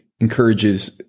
encourages